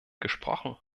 gesprochen